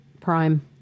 Prime